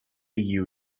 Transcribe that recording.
you